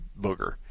booger